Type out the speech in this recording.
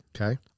Okay